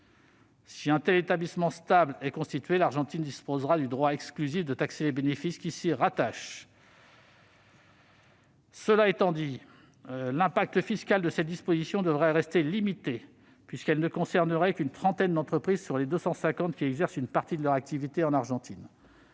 Si un tel établissement stable est constitué, l'Argentine disposera du droit exclusif de taxer les bénéfices qui s'y rattachent. Cela étant, l'impact fiscal de cette disposition devrait rester limité, puisqu'elle ne concernerait qu'une trentaine d'entreprises sur les 250 qui exercent une partie de leur activité en Argentine.